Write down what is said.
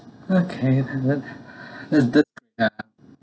okay and then the yeah